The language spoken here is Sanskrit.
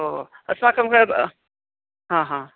ओ अस्माकं हा हा